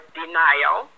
denial